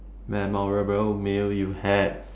memorable meal you had